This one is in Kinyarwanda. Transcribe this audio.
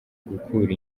gukura